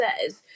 says